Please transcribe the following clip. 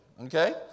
okay